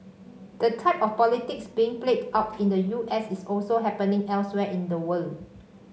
the type of politics being played out in the U S is also happening elsewhere in the world